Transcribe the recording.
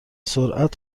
سرعت